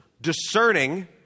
discerning